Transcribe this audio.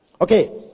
Okay